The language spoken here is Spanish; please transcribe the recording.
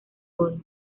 oro